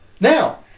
now